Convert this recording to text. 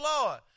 Lord